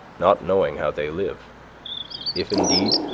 not knowing how they live if, indeed,